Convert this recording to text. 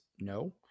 no